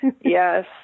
Yes